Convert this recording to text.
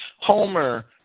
Homer